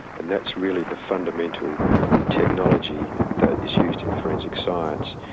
and that's really the fundamental technology that is used in forensic science,